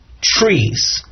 trees